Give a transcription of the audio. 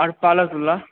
आओर पालक बला